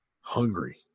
hungry